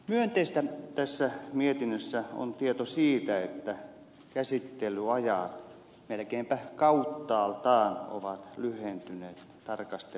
myönteistä tässä mietinnössä on tieto siitä että käsittelyajat melkeinpä kauttaaltaan ovat lyhentyneet tarkasteluvuonna